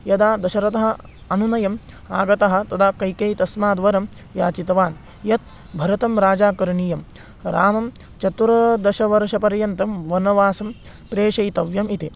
यदा दशरथः अनुनयम् आगतः तदा कैकेयी तस्मात् वरं याचितवती यत् भरतं राजा करणीयं रामं चतुर्दशवर्षपर्यन्तं वनवासं प्रेषयितव्यम् इति